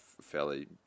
fairly